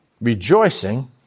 rejoicing